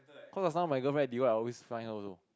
cause last time my girlfriend divide I always find her also